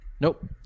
Nope